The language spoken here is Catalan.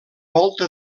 volta